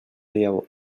llavor